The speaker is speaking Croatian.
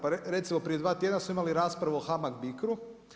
Pa recimo prije dva tjedna smo imali raspravu o Hamag Bicrou.